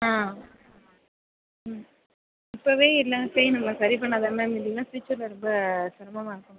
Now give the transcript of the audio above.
இப்போவே எல்லாம் செய்யனும்ல சரி பண்ணால் தான மேம் இல்லைனா ப்யூச்சரில் ரொம்ப சிரமமாக இருக்கும் மேம்